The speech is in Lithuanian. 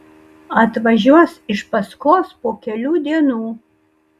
atvažiuos iš paskos po kelių dienų